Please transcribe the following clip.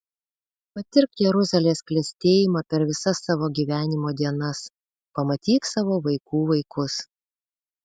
patirk jeruzalės klestėjimą per visas savo gyvenimo dienas pamatyk savo vaikų vaikus